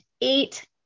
eight